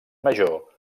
major